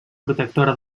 protectora